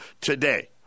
today